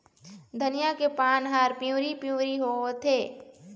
धनिया के पान हर पिवरी पीवरी होवथे?